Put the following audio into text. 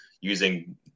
using